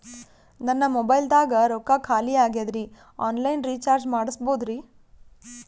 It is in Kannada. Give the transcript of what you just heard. ನನ್ನ ಮೊಬೈಲದಾಗ ರೊಕ್ಕ ಖಾಲಿ ಆಗ್ಯದ್ರಿ ಆನ್ ಲೈನ್ ರೀಚಾರ್ಜ್ ಮಾಡಸ್ಬೋದ್ರಿ?